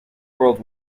world